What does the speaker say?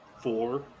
four